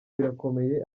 birakomeye